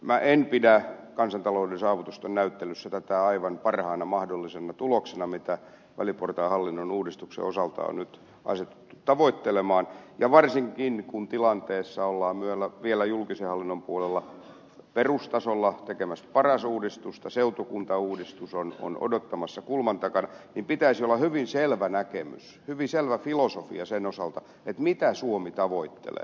minä en pidä kansantalouden saavutusten näyttelyssä tätä aivan parhaana mahdollisena tuloksena mitä väliportaan hallinnonuudistuksen osalta on nyt asetuttu tavoittelemaan ja varsinkin kun tässä tilanteessa ollaan vielä julkisen hallinnon puolella perustasolla tekemässä paras uudistusta seutukuntauudistus on odottamassa kulman takana niin pitäisi olla hyvin selvä näkemys hyvin selvä filosofia sen osalta mitä suomi tavoittelee